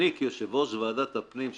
אני כיושב-ראש ועדת הפנים,